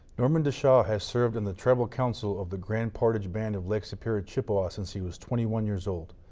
norman deschampe has served in the tribal council of the grand portage band of lake superior, chippewa since he was twenty one years old.